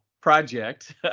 project